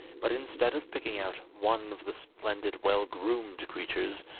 but instead of picking out one of the splendid well-groomed creatures,